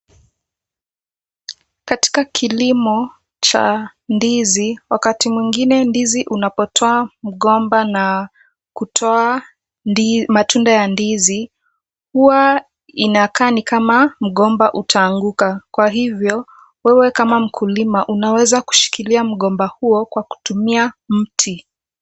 Katika kilimo cha ndizi wakati mwingine ndizi unapotoa ngomba la kutoa matunda ya ndizi huwa inakaa ni kama mgomba utaanguka. Kwa hivyo wewe kama mkulima unaweza kushikilia mgomba huo kwa kutumia mti.